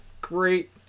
great